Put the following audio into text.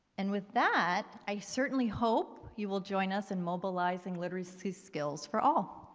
and with that, i certainly hope you will join us in mobilizing literacy skills for all.